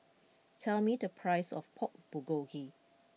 tell me the price of Pork Bulgogi